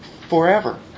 forever